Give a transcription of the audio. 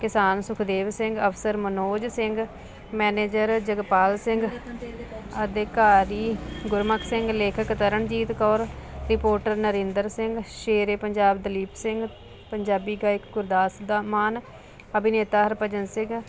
ਕਿਸਾਨ ਸੁਖਦੇਵ ਸਿੰਘ ਅਫਸਰ ਮਨੋਜ ਸਿੰਘ ਮੈਨੇਜਰ ਜਗਪਾਲ ਸਿੰਘ ਅਧਿਕਾਰੀ ਗੁਰਮੁਖ ਸਿੰਘ ਲੇਖਕ ਤਰਨਜੀਤ ਕੌਰ ਰਿਪੋਟਰ ਨਰਿੰਦਰ ਸਿੰਘ ਸ਼ੇਰੇ ਪੰਜਾਬ ਦਲੀਪ ਸਿੰਘ ਪੰਜਾਬੀ ਗਾਇਕ ਗੁਰਦਾਸ ਦਾ ਮਾਨ ਅਭਿਨੇਤਾ ਹਰਭਜਨ ਸਿੰਘ